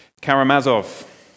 Karamazov